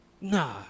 nah